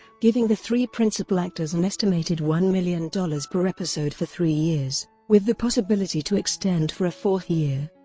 giving the three principal actors an and estimated one million dollars per episode for three years, with the possibility to extend for a fourth year.